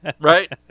Right